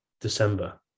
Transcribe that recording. December